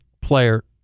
player